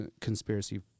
conspiracy